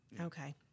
Okay